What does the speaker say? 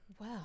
Wow